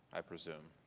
i presume.